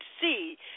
see